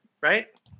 right